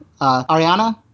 Ariana